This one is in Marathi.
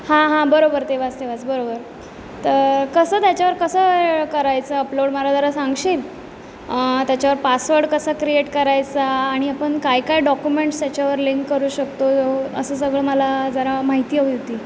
हांहां बरोबर तेवास तेवास बरोबर तर कसं त्याच्यावर कसं करायचं अपलोड मला जरा सांगशील त्याच्यावर पासवर्ड कसा क्रिएट करायचा आणि आपण काय काय डॉक्युमेंट्स त्याच्यावर लिंक करू शकतो असं सगळं मला जरा माहिती हवी होती